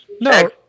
No